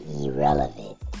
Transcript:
irrelevant